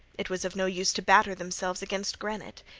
it was of no use to batter themselves against granite.